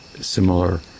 similar